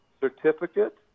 certificate